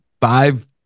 five